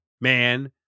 man